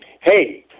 hey